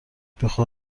بیخود